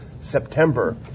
September